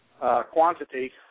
quantity